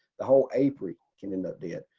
the whole apiary can end up dead.